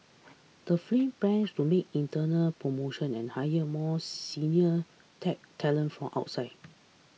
the film plans to make internal promotions and hire more senior tech talent from outside